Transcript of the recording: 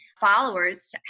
followers